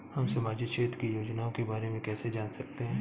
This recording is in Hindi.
हम सामाजिक क्षेत्र की योजनाओं के बारे में कैसे जान सकते हैं?